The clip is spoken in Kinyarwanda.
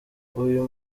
uyu